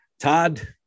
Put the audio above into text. Todd